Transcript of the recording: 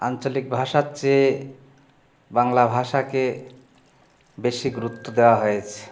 আঞ্চলিক ভাষার চেয়ে বাংলা ভাষাকে বেশি গুরুত্ব দেওয়া হয়েছে